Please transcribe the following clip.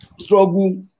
struggle